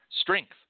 strength